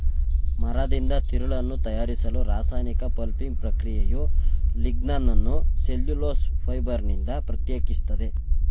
ಮರದಿಂದ ತಿರುಳನ್ನು ತಯಾರಿಸಲು ರಾಸಾಯನಿಕ ಪಲ್ಪಿಂಗ್ ಪ್ರಕ್ರಿಯೆಯು ಲಿಗ್ನಿನನ್ನು ಸೆಲ್ಯುಲೋಸ್ ಫೈಬರ್ನಿಂದ ಪ್ರತ್ಯೇಕಿಸ್ತದೆ